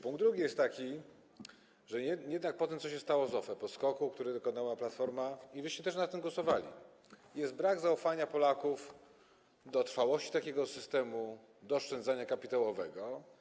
Punkt drugi jest taki, że jednak po tym, co się stało z OFE, tj. po skoku, którego dokonała Platforma - i wy też nad tym głosowaliście - jest brak zaufania Polaków do trwałości takiego systemu, do oszczędzania kapitałowego.